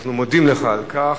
אנחנו מודים לך על כך.